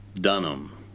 Dunham